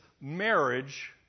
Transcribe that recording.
marriage